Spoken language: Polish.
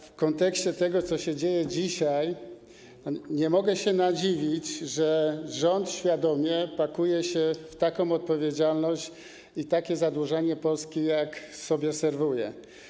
W kontekście tego, co się dzieje dzisiaj, nie mogę się nadziwić, że rząd świadomie pakuje się w taką odpowiedzialność i takie zadłużenie Polski, jak sobie serwuje.